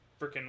freaking